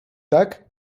tak